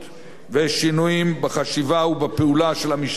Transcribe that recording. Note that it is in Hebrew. ושינויים בחשיבה ובפעולה של המשטרה,